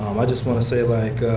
um i just want to say, like,